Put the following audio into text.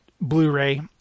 Blu-ray